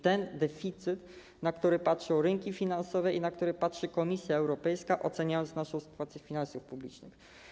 Ten deficyt, na który patrzą rynki finansowe i na które patrzy Komisja Europejska, oceniając sytuację naszych finansów publicznych.